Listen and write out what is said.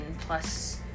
plus